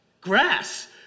grass